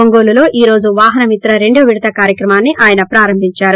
ఒంగోలులో ఈ రోజు వాహనమిత్ర రెండవ విడత కార్యక్రమాన్ని ఆయన ప్రారంభించారు